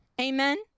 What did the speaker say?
Amen